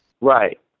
Right